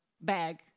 bag